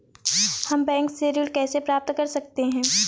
हम बैंक से ऋण कैसे प्राप्त कर सकते हैं?